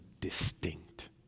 distinct